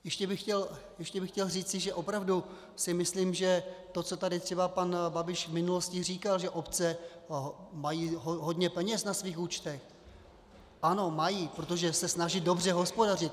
Ještě bych chtěl říci, že si opravdu myslím, že to, co tady třeba pan Babiš v minulosti říkal, že obce mají hodně peněz na svých účtech ano, mají, protože se snaží dobře hospodařit.